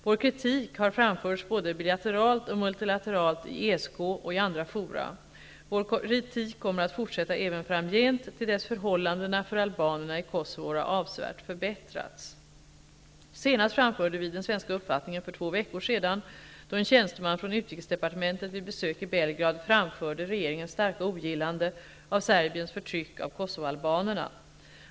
Vår kritik har framförts både bilateralt och multilateralt i ESK och i andra fora. Vår kritik kommer att fortsätta även framgent, till dess förhållandena för albanerna i Kosovo har avsevärt förbättrats. Senast framförde vi den svenska uppfattningen för två veckor sedan, då en tjänsteman från utrikesdepartemenet vid besök i Belgrad framförde regeringens starka ogillande av Serbiens förtryck av kosovoalbanerna.